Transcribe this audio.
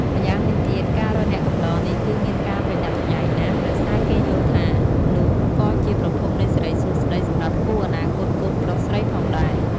ម្យ៉ាងវិញទៀតការរកអ្នកកំដរនេះគឺមានការប្រយ័ត្នប្រយែងណាស់ ដោយសារគេយល់ថា នោះក៏ជាប្រភពនៃសិរីសួស្តីសម្រាប់គូអនាគតកូនប្រុសស្រីផងដែរ។